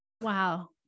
Wow